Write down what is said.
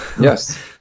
yes